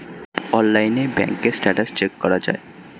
অনলাইনে ব্যাঙ্কের status check করা যায়